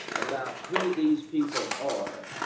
about who these people are